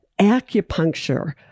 acupuncture